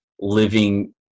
living